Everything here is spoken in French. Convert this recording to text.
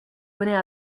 bonnets